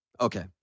Okay